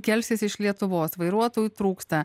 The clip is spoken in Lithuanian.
kelsis iš lietuvos vairuotojų trūksta